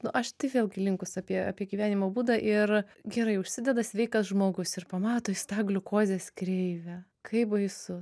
nu aš tai vėlgi linkus apie apie gyvenimo būdą ir gerai užsideda sveikas žmogus ir pamato jis tą gliukozės kreivę kaip baisu